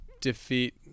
defeat